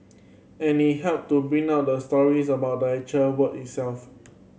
and it help to bring out the stories about the actual work itself